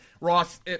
Ross